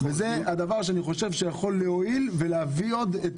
זה דבר שאני חושב שיכול להועיל ולהביא עוד את